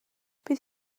bydd